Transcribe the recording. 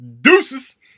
deuces